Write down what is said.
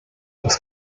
das